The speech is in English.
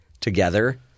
together